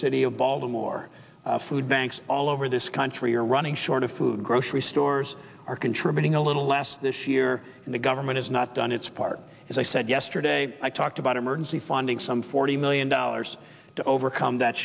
war food banks all over this country are running short of food grocery stores are contributing a little less this year and the government has not done its part as i said yesterday i talked about emergency funding some forty million dollars to overcome that